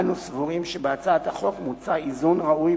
אנו סבורים שבהצעת החוק מוצע איזון ראוי